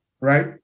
right